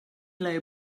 lay